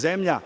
zemlja